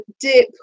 dip